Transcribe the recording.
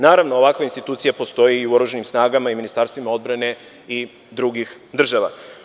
Naravno, ovakve institucije postoje i u oružanim snagama i ministarstvima odbrane i drugih država.